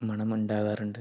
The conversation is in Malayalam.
മണമുണ്ടാകാറുണ്ട്